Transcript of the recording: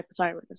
hypothyroidism